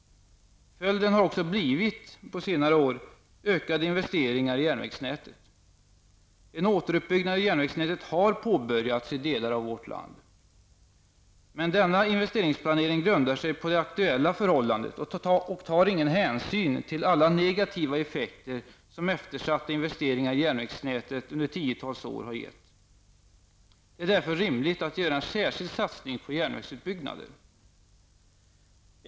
Följden har också blivit ökade investeringar i järnvägsnätet på senare år. En återuppbyggnad av järnvägsnätet har påbörjats i delar av vårt land. Men denna investeringsplanering grundar sig på det aktuella förhållandet där ingen hänsyn tas till alla negativa effekter som eftersatta investeringar i järnvägsnätet under tiotals år har gett. Det är därför rimligt att göra en särskild satsning på järnvägsutbyggnaden.